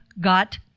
Got